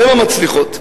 הן המצליחות,